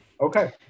okay